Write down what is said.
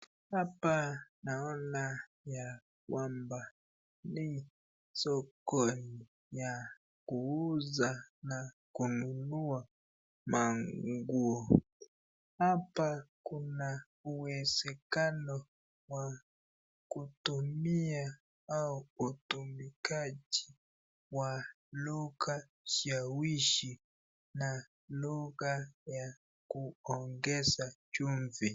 Hapa naona ya kwamba hii soko ni ya kuuza na kununua manguo hapa Kuna uwezekano wa kutumia au utumikaji wa lugha shawishi na lugha ya kuongeza chumvi.